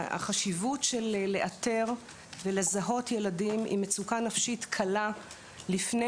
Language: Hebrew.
החשיבות של לאתר ולזהות ילדים עם מצוקה נפשית קלה לפני